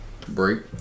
break